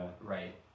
Right